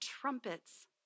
trumpets